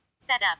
Setup